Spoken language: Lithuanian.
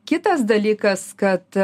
kitas dalykas kad